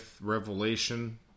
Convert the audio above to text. Revelation